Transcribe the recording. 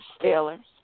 Steelers